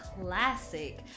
classic